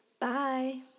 Bye